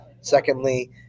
secondly